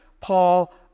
Paul